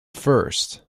first